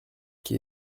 qui